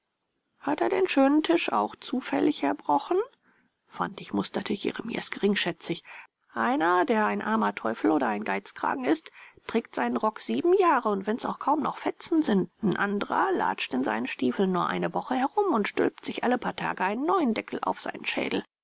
hat er den schönen tisch auch zufällig erbrochen fantig musterte jeremias geringschätzig einer der ein armer teufel oder ein geizkragen ist trägt seinen rock sieben jahre und wenn's auch kaum noch fetzen sind n anderer latscht in seinen stiefeln nur eine woche herum und stülpt sich alle paar tage einen neuen deckel auf seinen schädel